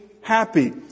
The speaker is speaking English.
happy